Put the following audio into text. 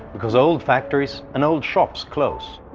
because old factories and old shops close,